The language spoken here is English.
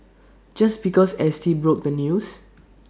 just because S T broke the news